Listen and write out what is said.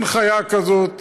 אין חיה כזאת.